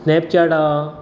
Snapchat आहा